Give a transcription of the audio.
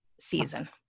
season